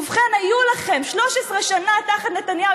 ובכן, היו לכם 13 שנה תחת נתניהו.